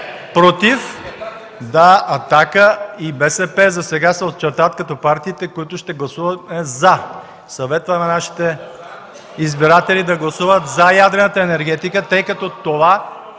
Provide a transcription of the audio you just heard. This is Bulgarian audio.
СИДЕРОВ: „Атака” и БСП засега се очертават като партиите, които ще гласуват „за”. Съветът на нашите избиратели е да гласуват „за” ядрената енергетика, тъй като това